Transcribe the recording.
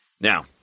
Now